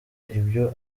ibyo